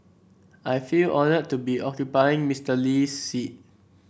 I feel honoured to be occupying Mister Lee's seat